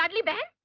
um the bed